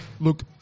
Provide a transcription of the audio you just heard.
look